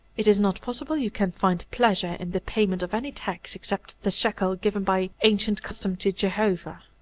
it is not possible you can find pleasure in the payment of any tax except the shekel given by ancient custom to jehovah.